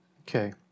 Okay